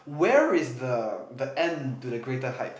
where is the the end to the greater height